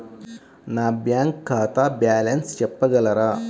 నా బ్యాంక్ ఖాతా బ్యాలెన్స్ చెప్పగలరా?